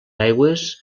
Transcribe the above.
aigües